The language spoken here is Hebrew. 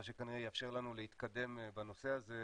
מה שכנראה יאפשר לנו להתקדם בנושא הזה.